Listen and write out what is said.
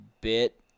bit